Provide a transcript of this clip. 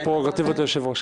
יש פררוגטיבות ליושב-ראש.